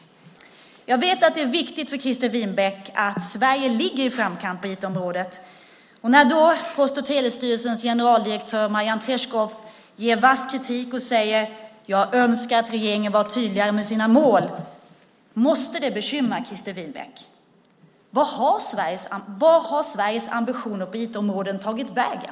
Jag vet att det är viktigt för Christer Winbäck att Sverige ligger i framkant på IT-området, och när då Post och telestyrelsens generaldirektör Marianne Treschow ger vass kritik och säger att hon önskar att regeringen var tydligare med sina mål måste det bekymra Christer Winbäck. Vart har Sveriges ambitioner på IT-området tagit vägen?